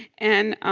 and